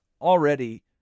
already